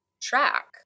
track